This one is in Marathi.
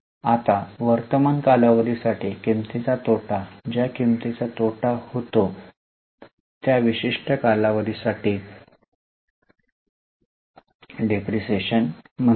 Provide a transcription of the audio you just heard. आता वर्तमान कालावधी साठी किंमतीचा तोटा ज्या किंमतीचा तोटा होतो त्याला त्या विशिष्ट कालावधीसाठी डिप्रीशीएशन म्हणतात